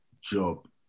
job